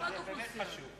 השר, זה באמת חשוב.